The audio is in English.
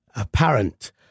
apparent